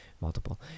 multiple